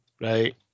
Right